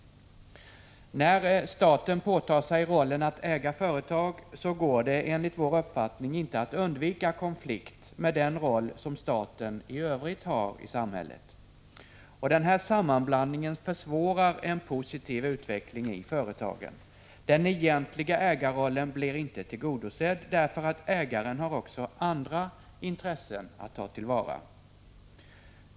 När staten påtar sig rollen att äga företag går det, enligt vår uppfattning, inte att undvika konflikt med den roll som staten i övrigt har i samhället. Den här sammanblandningen försvårar en positiv utveckling i företagen. Den egentliga ägarrollen blir inte tillgodosedd, därför att ägaren har också andra intressen att ta till vara.